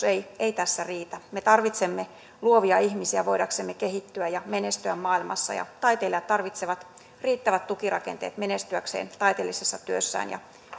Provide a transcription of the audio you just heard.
ei ei tässä riitä me tarvitsemme luovia ihmisiä voidaksemme kehittyä ja menestyä maailmassa ja taiteilijat tarvitsevat riittävät tukirakenteet menestyäkseen taiteellisessa työssään ja